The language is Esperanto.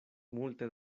multe